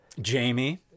Jamie